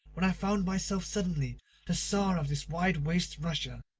when i found myself suddenly the czar of this wide waste, russia.